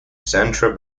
centre